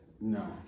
No